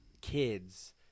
kids –